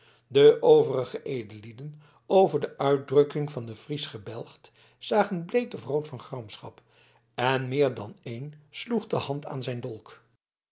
de overige edellieden over de uitdrukking van den fries gebelgd zagen bleek of rood van gramschap en meer dan een sloeg de hand aan zijn dolk